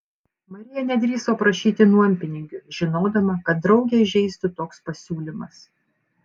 marija nedrįso prašyti nuompinigių žinodama kad draugę įžeistų toks pasiūlymas